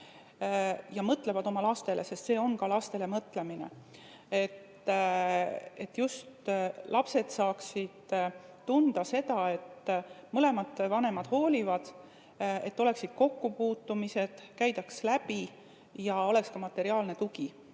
Nad mõtlevad oma lastele, sest see on ka lastele mõtlemine. Lapsed peaksid saama tunda seda, et mõlemad vanemad hoolivad, et oleksid kokkupuutumised, käidaks läbi ja oleks ka materiaalne tugi.